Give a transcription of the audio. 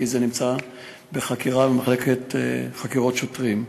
כי זה נמצא במחלקת חקירות שוטרים.